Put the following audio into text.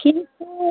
কিন্তু